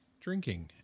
drinking